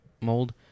mold